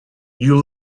you